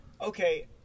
okay